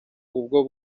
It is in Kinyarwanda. ubwo